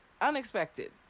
Unexpected